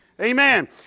Amen